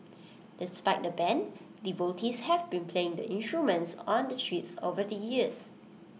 despite the ban devotees have been playing the instruments on the streets over the years